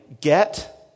Get